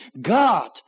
God